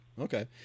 Okay